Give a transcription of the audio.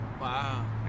Wow